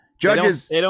Judges